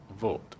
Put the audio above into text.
vote